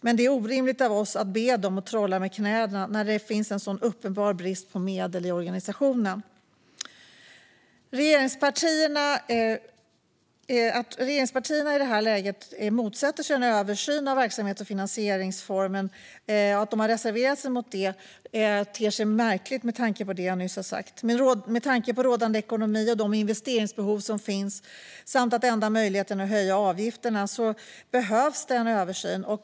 Men det är orimligt av oss att be dem att trolla med knäna när det finns en så uppenbar brist på medel i organisationen. Att regeringspartierna i det här läget motsätter sig en översyn av verksamhets och finansieringsformen och har reserverat sig mot detta ter sig märkligt med tanke på det jag nyss har sagt. Med tanke på rådande ekonomi och de investeringsbehov som finns, samt att enda möjligheten är att höja avgifterna, behövs det en översyn.